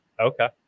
okay